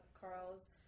Carl's